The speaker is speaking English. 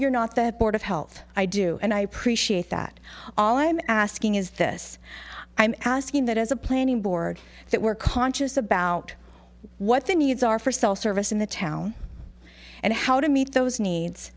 you're not that board of health i do and i appreciate that all i am asking is this i'm asking that as a planning board that we're conscious about what the needs are for cell service in the town and how to meet those needs